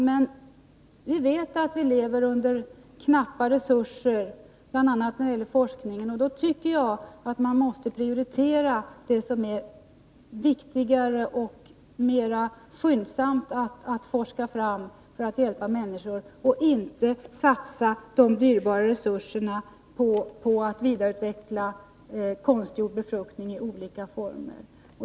Men vi vet att vi lever under knappa resurser, bl.a. när det gäller forskningen, och då tycker jag att man måste prioritera det som är viktigare och mera skyndsamt att forska fram för att hjälpa människor och inte satsa de dyrbara resurserna på att vidareutveckla konstgjord befruktning i olika former.